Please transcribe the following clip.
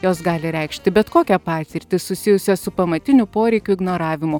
jos gali reikšti bet kokią patirtį susijusią su pamatinių poreikių ignoravimu